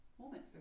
moment